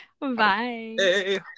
Bye